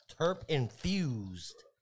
terp-infused